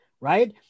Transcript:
right